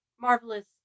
Marvelous